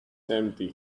empty